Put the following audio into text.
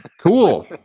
cool